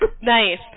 nice